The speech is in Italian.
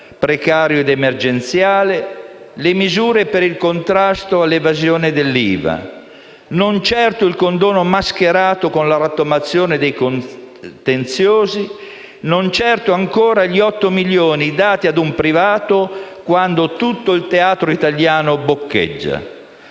precario ed emergenziale; le misure per il contrasto all'evasione dell'IVA. Non mi riferisco certo al condono mascherato con la rottamazione dei contenziosi, né certo agli 8 milioni dati ad un privato quando tutto il teatro italiano boccheggia.